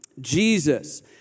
Jesus